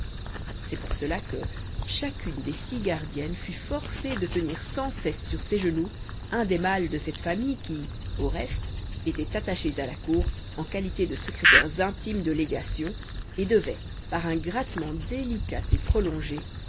c'est pour cela que chacune des six gardiennes fut forcée de tenir sans cesse sur ses genoux un des mâles de cette famille qui au reste étaient attachés à la cour en qualité de secrétaires intimes de légation et devait par un grattement délicat et prolongé